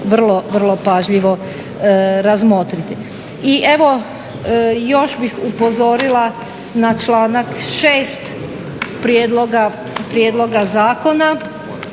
vrlo pažljivo razmotriti. I evo još bih upozorila na članak 6. prijedloga zakona,